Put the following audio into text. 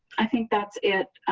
i think that's it.